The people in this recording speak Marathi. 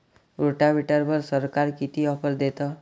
रोटावेटरवर सरकार किती ऑफर देतं?